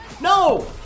No